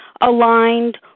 aligned